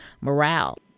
morale